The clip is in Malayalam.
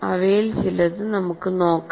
അവയിൽ ചിലത് നമുക്ക് നോക്കാം